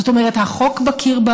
זאת אומרת, החוק מכיר בה